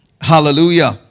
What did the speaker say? Hallelujah